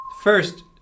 First